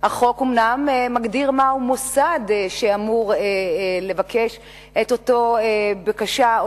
החוק אומנם מגדיר מהו מוסד שאמור לבקש את אותה בקשה,